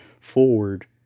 forward